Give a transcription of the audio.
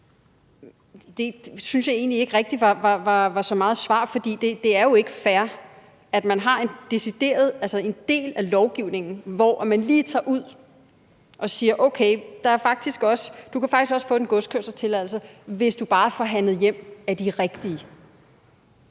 Det synes jeg egentlig ikke rigtig var så meget svar. For det er jo ikke fair, at der er en del af lovgivningen, hvor man lige tager ud og siger, at okay, du kan faktisk også få en godskørselstilladelse, hvis du bare får det forhandlet hjem af de rigtige,